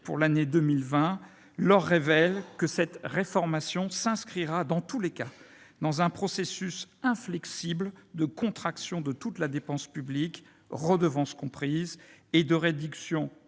pour 2020 leur révèle que la grande réforme à venir s'inscrira, dans tous les cas, dans un processus inflexible de contraction de toute la dépense publique, redevance comprise, et de réduction